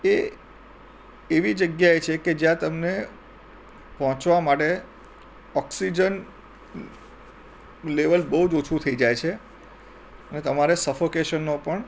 એ એવી જગ્યાએ છે કે જયાં તમને પહોંચવા માટે ઓક્સિજન લેવલ બહું જ ઓછું થઈ જાય છે ને તમારે સફોકેશનનો પણ